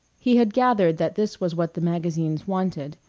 he had gathered that this was what the magazines wanted.